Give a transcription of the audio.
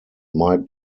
might